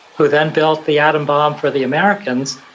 who then built the atom bomb for the americans,